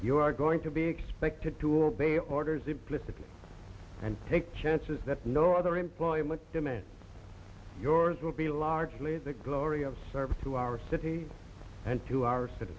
you are going to be expected to obey orders implicitly and take chances that no other employment demands yours will be largely the glory of service to our city and to our